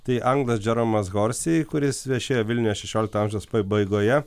tai anglas džeromas horsei kuris viešėjo vilniuje šešiolikto amžiaus pabaigoje